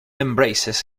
embraces